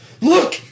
Look